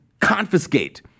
confiscate